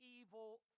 evil